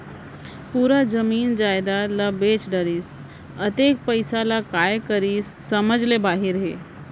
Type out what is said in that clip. पूरा जमीन जयजाद ल बेच डरिस, अतेक पइसा ल काय करिस समझ ले बाहिर हे